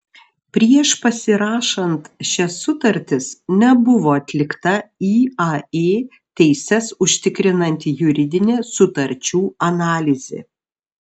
prieš pasirašant šias sutartis nebuvo atlikta iae teises užtikrinanti juridinė sutarčių analizė